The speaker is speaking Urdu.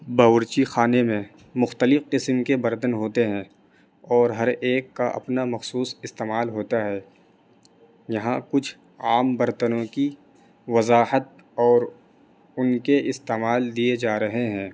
باورچی خانے میں مختلف قسم کے برتن ہوتے ہیں اور ہر ایک کا اپنا مخصوص استعمال ہوتا ہے یہاں کچھ عام برتنوں کی وضاحت اور ان کے استعمال دیے جا رہے ہیں